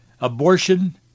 abortion